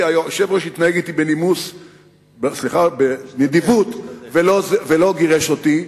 כי היושב-ראש התנהג אתי בנדיבות ולא גירש אותי.